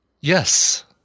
Yes